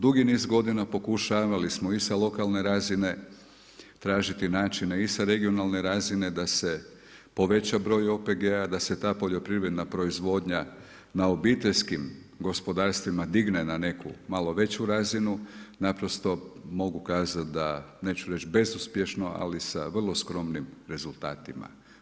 Dugi niz godina pokušavali smo i sa lokalne razine tražite načine i sa regionalne razine da se poveća broj OPG-ova da se ta poljoprivredna proizvodnja na obiteljskim gospodarstvima digne na neku malo veću razinu, naprosto mogu kazati, neću reći bezuspješno, ali sa vrlo skromnim rezultatima.